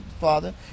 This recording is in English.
Father